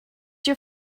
your